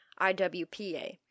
IWPA